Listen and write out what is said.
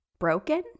broken